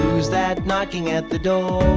who's that knocking at the door?